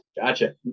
Gotcha